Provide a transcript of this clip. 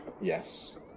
Yes